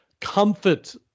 comfort